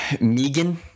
Megan